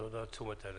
תודה על תשומת הלב.